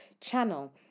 channel